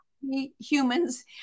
humans